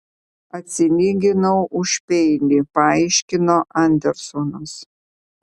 atsilyginau už peilį paaiškino andersonas